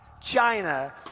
China